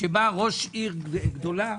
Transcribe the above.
שראש עיר גדולה,